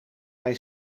hij